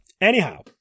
anyhow